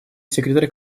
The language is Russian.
секретарь